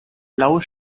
blaue